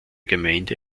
gemeinde